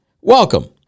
Welcome